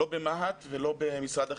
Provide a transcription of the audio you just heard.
לא במה"ט ולא במשרד החינוך.